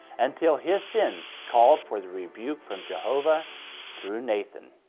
until his sins called for the rebuke from jehovah through nathan.